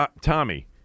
Tommy